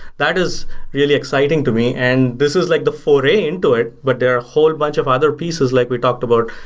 that is really exciting to me and this is like the foray into it, but there are a whole bunch of other pieces like we talked about,